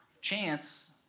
chance